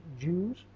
Jews